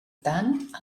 tant